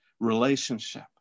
relationship